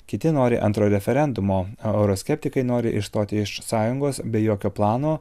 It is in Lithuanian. kiti nori antro referendumo o euroskeptikai nori išstoti iš sąjungos be jokio plano